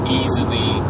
easily